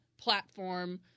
platform